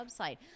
website